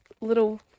little